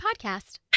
podcast